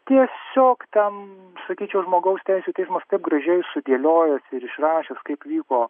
tiesiog teb sakyčiau žmogaus teisių teismas taip gražiai sudėliojęs ir išrašęs kaip vyko